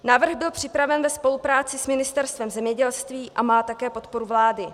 Návrh byl připraven ve spolupráci s Ministerstvem zemědělství a má také podporu vlády.